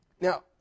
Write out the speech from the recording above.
Now